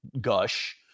gush